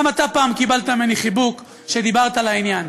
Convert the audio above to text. גם אתה פעם קיבלת ממני חיבוק כשדיברת לעניין,